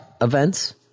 events